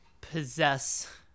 possess